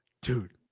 Dude